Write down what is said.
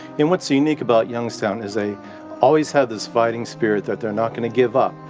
and what's unique about youngstown is they always have this fighting spirit that they're not going to give up,